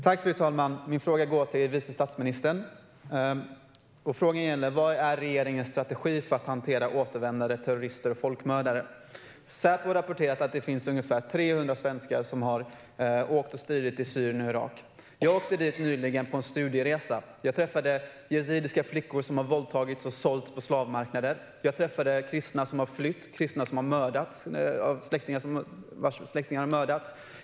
Fru talman! Min fråga är till vice statsministern och gäller vad regeringens strategi är för att hantera återvändande terrorister och folkmördare. Säpo har rapporterat att det finns ungefär 300 svenskar som har åkt till Syrien och Irak och stridit. Jag åkte nyligen dit på studieresa. Jag träffade yazidiska flickor som våldtagits och sålts på slavmarknader. Jag träffade kristna som flytt och kristna vars släktingar mördats.